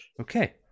Okay